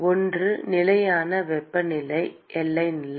ஒன்று நிலையான வெப்பநிலை எல்லை நிலை